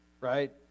right